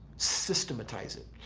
systematize it.